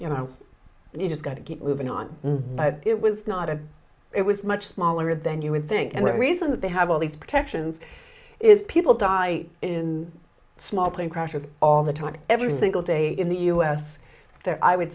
you know you just got to keep moving on but it was not a it was much smaller than you would think and the reason that they have all these protections is people die in a small plane crash with all the time every single day in the us there i would